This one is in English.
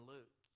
Luke